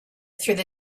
through